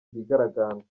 bigaragambya